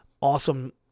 awesome